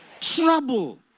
trouble